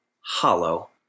Hollow